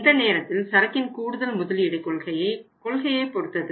இந்த நேரத்தில் சரக்கின் கூடுதல் முதலீடு கொள்கையை பொறுத்தது